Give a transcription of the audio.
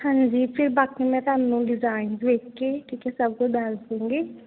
ਹਾਂਜੀ ਫਿਰ ਬਾਕੀ ਮੈਂ ਤੁਹਾਨੂੰ ਡਿਜਾਇਨਸ ਵੇਖ ਕੇ ਠੀਕ ਹੈ ਸਭ ਕੁਝ ਦੱਸ ਦੂੰਗੀ